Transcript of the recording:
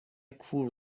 کور